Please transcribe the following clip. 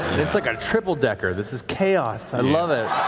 it's like a triple decker, this is chaos, i love it.